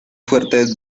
fuertes